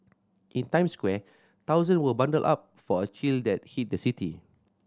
in Times Square thousands were bundled up for a chill that hit the city